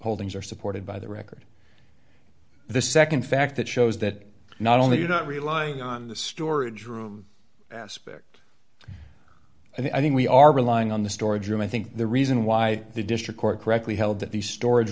holdings are supported by the record the nd fact that shows that not only are not relying on the storage room aspect i think we are relying on the storage room i think the reason why the district court correctly held that the storage